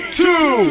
two